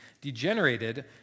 degenerated